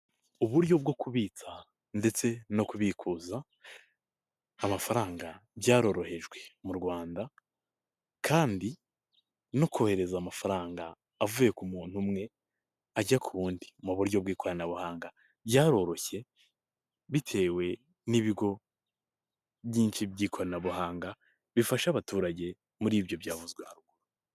Uburyo bwo kubitsa ndetse no kubikuza amafaranga byaroroherejwe mu Rwanda, kandi no kohereza amafaranga avuye ku muntu umwe ajya ku wundi mu buryo bw'ikoranabuhanga byaroroshye bitewe n'ibigo byinshi by'ikoranabuhanga, bifasha abaturage muri ibyo byavuzwe haruguru.